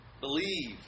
believe